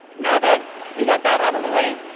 now that we got that out of the way,